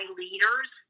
leaders